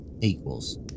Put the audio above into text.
equals